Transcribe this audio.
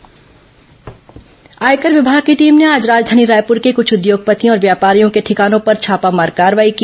आयकर छापा आयकर विमाग की टीम ने आज राजघानी रायपूर के कुछ उद्योगपतियों और व्यापारियों के ठिकानों पर छापामार कार्रवाई की